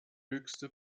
höchste